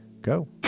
go